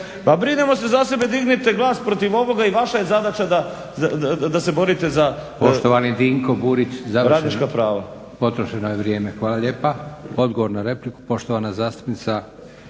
pa brinimo se za sebe, dignite glas protiv ovoga i vaša je zadaća da se borite za radnička prava. **Leko, Josip (SDP)** Poštovani Dinko Burić potrošeno je vrijeme. Hvala lijepa. Odgovor na repliku poštovana zastupnica